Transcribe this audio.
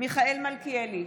מיכאל מלכיאלי,